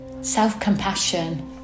Self-compassion